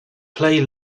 play